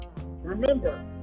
Remember